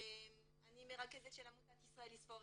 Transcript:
אני מרכזת עמותה "Israelis forever"